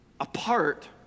apart